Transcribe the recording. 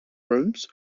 rooms